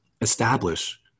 establish